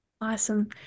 Awesome